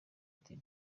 ati